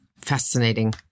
fascinating